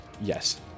Yes